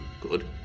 Good